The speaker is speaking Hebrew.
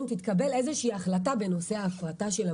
תתקבל החלטה של הממשלה בנושא ההפרטה.